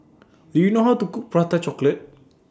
Do YOU know How to Cook Prata Chocolate